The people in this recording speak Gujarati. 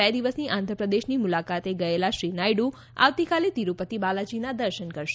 બે દિવસની આંધ્રપ્રદેશની મુલાકાતે ગયેલા શ્રી નાયડુ આવતીકાલે તિરુપતિ બાલાજીના દર્શન કરશે